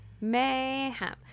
Mayhem